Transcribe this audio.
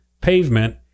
pavement